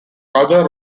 other